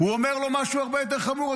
הוא אומר לו משהו הרבה יותר חמור,